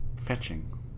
fetching